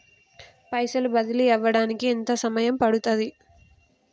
పైసలు బదిలీ అవడానికి ఎంత సమయం పడుతది?